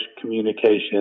communication